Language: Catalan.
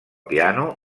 piano